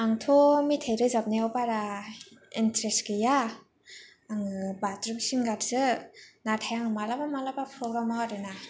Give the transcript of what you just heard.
आंथ' मेथाइ रोजाबनायाव बारा इन्टारेस्ट गैया आङो बाथरुम सिंगारसो नाथाय आं माब्लाबा माब्लाबा प्रग्रामाव आरोना